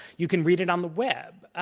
you can read it on the web.